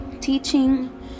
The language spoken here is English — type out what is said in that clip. teaching